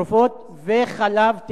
תרופות וחלב תינוקות.